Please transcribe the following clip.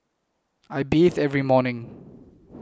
I bathe every morning